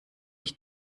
ich